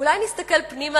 אולי נסתכל פנימה,